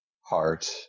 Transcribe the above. heart